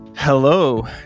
Hello